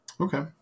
Okay